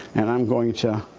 and i'm going to